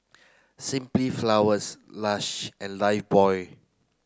Simply Flowers Lush and Lifebuoy